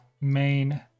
main